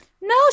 No